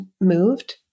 moved